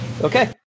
Okay